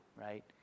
right